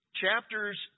Chapters